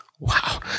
Wow